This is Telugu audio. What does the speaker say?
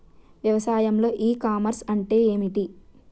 వ్యవసాయంలో ఇ కామర్స్ అంటే ఏమిటి?